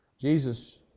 Jesus